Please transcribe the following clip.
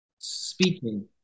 speaking